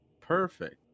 Perfect